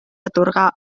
atorgar